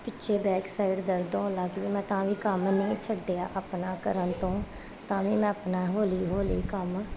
ਪਿੱਛੇ back side ਦਰਦ ਹੋਣ ਲੱਗ ਗਈ ਮੈਂ ਤਾਂ ਵੀ ਕੰਮ ਨਹੀਂ ਛੱਡਿਆ ਆਪਣਾ ਕਰਨ ਤੋਂ ਤਾਂ ਵੀ ਮੈਂ ਆਪਣਾ ਹੌਲੀ ਹੌਲੀ ਕੰਮ